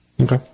Okay